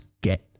get